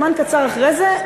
זמן קצר אחרי זה,